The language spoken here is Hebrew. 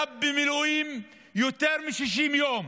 היה במילואים יותר מ-60 יום,